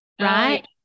Right